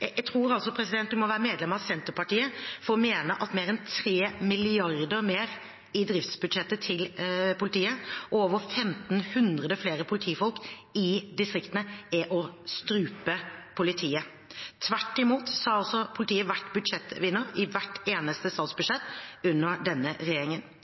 Jeg tror man må være medlem av Senterpartiet for å mene at mer enn 3 mrd. kr mer i politiets driftsbudsjett og over 1 500 flere politifolk i distriktene er å strupe politiet. Tvert imot har politiet vært budsjettvinner i hvert eneste statsbudsjett under denne regjeringen.